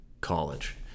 college